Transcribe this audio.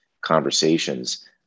conversations